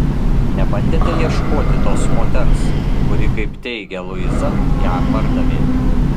nebandėte ieškoti tos moters kuri kaip teigia luiza ją pardavė